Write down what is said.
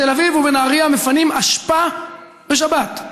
בתל אביב ובנהריה מפנים אשפה בשבת,